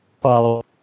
follow